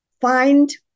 find